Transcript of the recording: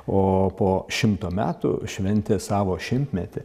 o po šimto metų šventė savo šimtmetį